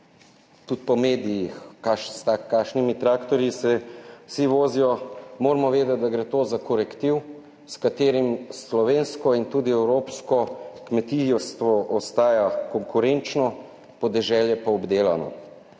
tudi po medijih, s kakšnimi traktorji se vsi vozijo moramo vedeti, da gre to za korektiv, s katerim slovensko in tudi evropsko kmetijstvo ostaja konkurenčno, podeželje pa obdelano.